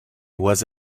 was